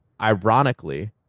ironically